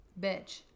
bitch